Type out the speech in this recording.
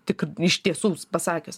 tik iš tiesų pasakius